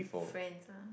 friends ah